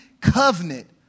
covenant